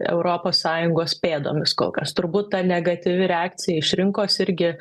europos sąjungos pėdomis kol kas turbūt ta negatyvi reakcija iš rinkos irgi